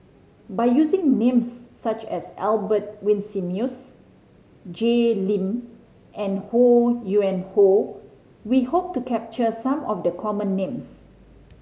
by using names such as Albert Winsemius Jay Lim and Ho Yuen Hoe we hope to capture some of the common names